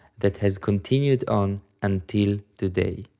that has continued on until today.